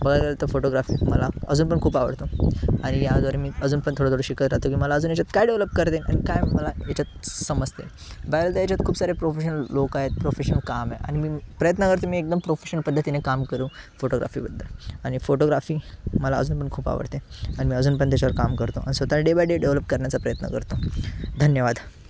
बघायला गेलं तर फोटोग्राफी मला अजूनपण खूप आवडतं आणि या दरम्यान अजूनपण थोडं थोडं शिकत राहतो की मला अजून याच्यात काय डेव्हलप करता येईल आणि काय मला याच्यात समजते बघायला तर याच्यात खूप सारे प्रोफेशनल लोक आहेत प्रोफेशन काम आहे आणि मी प्रयत्न करतो मी एकदम प्रोफेशन पद्धतीने काम करू फोटोग्राफीबद्दल आणि फोटोग्राफी मला अजून पण खूप आवडते आणि मी अजून पण त्याच्यावर काम करतो स्वतःला डे बाय डे डेव्हलप करण्याचा प्रयत्न करतो धन्यवाद